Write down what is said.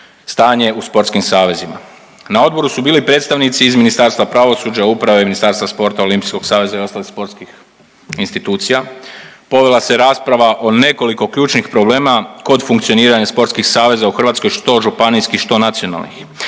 u sportskim savezima. Na odboru su bili predstavnici iz Ministarstva pravosuđa, uprave, Ministarstva sporta, Olimpijskog saveza i ostalih sportskih institucija, povela se rasprava o nekoliko ključnih problema kod funkcioniranja sportskih saveza u Hrvatskoj što županijskih što nacionalnih